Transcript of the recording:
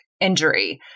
injury